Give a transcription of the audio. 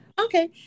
Okay